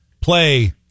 play